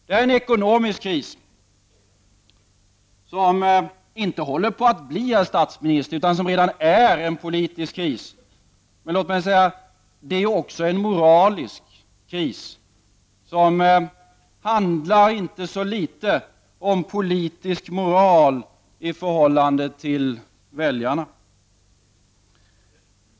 Det här är en ekonomisk kris som inte håller på att bli, herr statsminister, utan som redan är en politisk kris. Låt mig säga att detta också är en moralisk kris som inte så litet handlar om politisk moral i förhållande till väljarna.